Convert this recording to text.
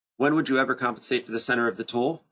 when would you ever compensate for the center of the tool?